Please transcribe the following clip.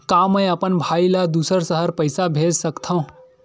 का मैं अपन भाई ल दुसर शहर पईसा भेज सकथव?